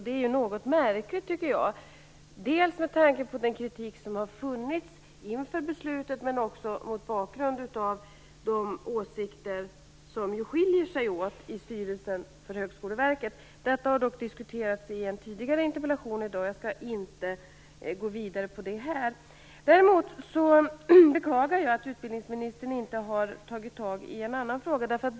Det är något märkligt tycker jag, dels med tanke på den kritik som har funnits inför beslutet, dels mot bakgrund av de åsikter som skiljer sig åt i styrelsen för Högskoleverket. Detta har dock diskuterats i en tidigare interpellation i dag. Jag skall inte gå vidare på det här. Däremot beklagar jag att utbildningsministern inte har tagit upp en annan fråga.